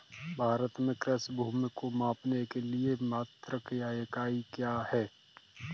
भारत में कृषि भूमि को मापने के लिए मात्रक या इकाई क्या है?